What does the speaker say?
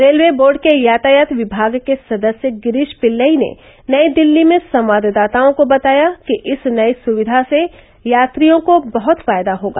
railway board के यातायात विभाग के सदस्य गिरीष पिल्लई ने नई दिल्ली में संवाददाताओं को बताया कि इस नई सुविधा से यात्रियों को बहुत फायदा होगा